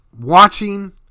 watching